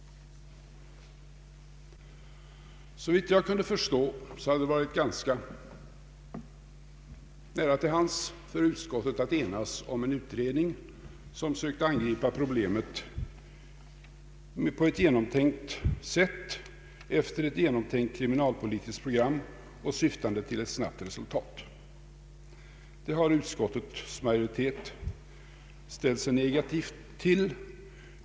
Såvitt jag kan förstå borde det ligga ganska nära till hands för utskottet att enas om en utredning, som skulle söka angripa problemet på ett genomtänkt sätt efter ett genomtänkt kriminalpolitiskt program och syfta till att snabbt nå resultat. Utskottets majoritet har ställt sig negativ härtill.